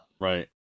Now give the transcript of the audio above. Right